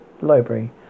library